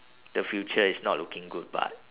the future is not looking good but